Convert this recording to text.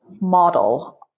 model